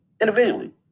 Individually